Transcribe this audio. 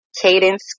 Cadence